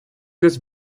this